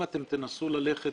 אם אתם תנסו ללכת